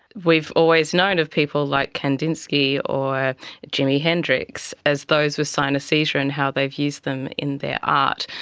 we've always known of people like kandinsky or jimi hendrix as those with synaesthesia and how they've used them in their art,